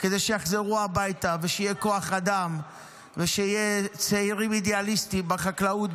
כדי שיחזרו הביתה ושיהיה כוח אדם ושיהיו צעירים אידיאליסטים בחקלאות,